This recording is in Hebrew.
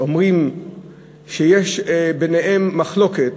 אומרים שיש ביניהם מחלוקת,